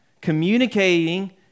communicating